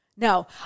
No